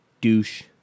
douche